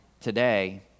today